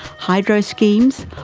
hydro schemes,